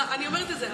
אני אומרת את זה,